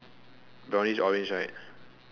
brownish orange right